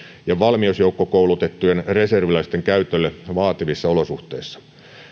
ja valmiusjoukkokoulutettujen reserviläisten käytölle vaativissa olosuhteissa